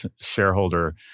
shareholder